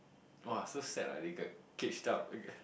!wah! so sad ah they got caged up ah